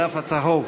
הדף הצהוב.